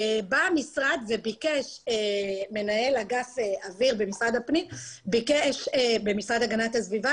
בא המשרד וביקש מנהל אגף אוויר במשרד להגנת הסביבה